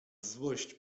złość